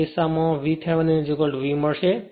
તે કિસ્સામાં જે થશે તે VThevenin V મળશે